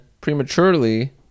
prematurely